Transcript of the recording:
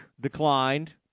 declined